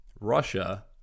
Russia